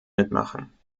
mitmachen